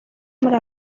muri